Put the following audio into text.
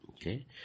Okay